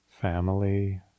family